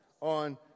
on